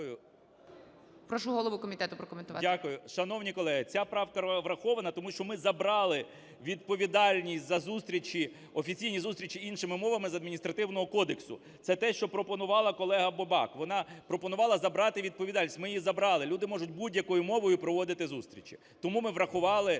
Прошу голову комітету прокоментувати.